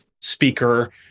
speaker